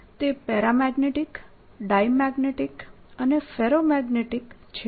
તે paramagnetic diamagnetic અને ferromagnetic છે